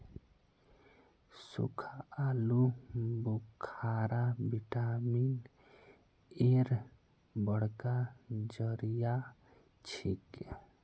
सुक्खा आलू बुखारा विटामिन एर बड़का जरिया छिके